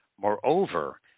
Moreover